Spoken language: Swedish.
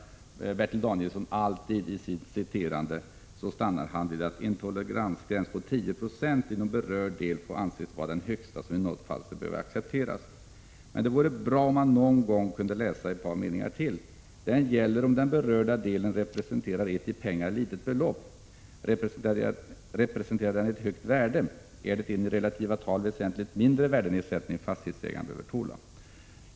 Bertil Danielsson citerade följande mening: ”En toleransgräns på 10 926 inom berörd del får anses vara den högsta som i något fall skall behövas accepteras.”. Det hade varit bra om han hade läst ett par meningar till nämligen dessa: ”Den gäller om den berörda delen representerar ett i pengar litet belopp. Representerar den ett högt värde, är det en i relativa tal väsentligt mindre värdenedsättning fastighetsägaren behöver tåla.